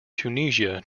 tunisia